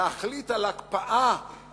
להחליט על הקפאה